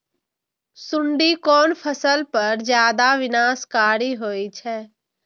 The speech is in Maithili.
सुंडी कोन फसल पर ज्यादा विनाशकारी होई छै?